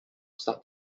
start